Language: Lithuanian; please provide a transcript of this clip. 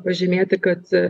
pažymėti kad